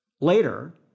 Later